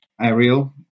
Ariel